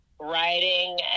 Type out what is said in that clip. writing